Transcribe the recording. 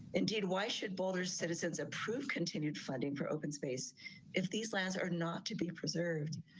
indeed, why should boulders citizens approved continued funding for open space if these lands are not to be preserved.